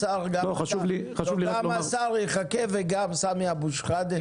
גם השר יחכה וגם חבר הכנסת יחכה,